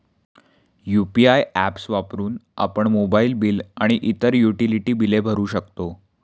UPI apps वापरून आपण mobile bill आणि इतर युटिलिटी बिले भरू शकतो